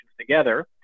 together